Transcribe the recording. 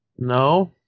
No